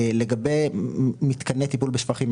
לגבי מתקני טיפול בשפכים,